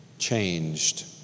changed